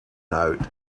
out